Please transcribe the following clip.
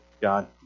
God